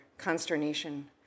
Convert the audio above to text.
consternation